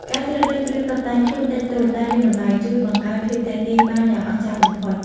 ការជ្រើសរើសគ្រឿងតុបតែងខ្លួនតិចតួចតែមានតម្លៃ ជួយបង្កើនភាពទាក់ទាញបានយ៉ាងអស្ចារ្យបំផុត។